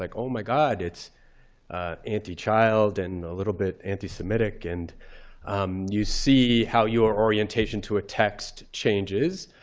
like oh my god! it's anti-child, and a little bit anti-semitic. and you see how your orientation to a text changes.